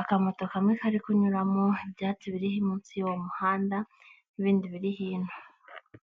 akamoto kamwe kari kunyuramo, ibyatsi biri munsi y'uwo muhanda n'ibindi birihino.